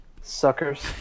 Suckers